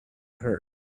her